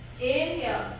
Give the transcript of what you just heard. Inhale